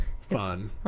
fun